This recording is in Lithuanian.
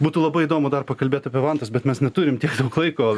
būtų labai įdomu dar pakalbėt apie vantas bet mes neturim tiek daug laiko